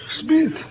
Smith